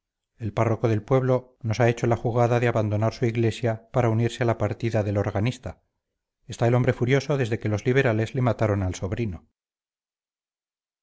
el párroco del pueblo nos ha hecho la jugada de abandonar su iglesia para unirse a la partida del organista está el hombre furioso desde que los liberales le mataron al sobrino